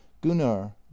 gunnar